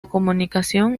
comunicación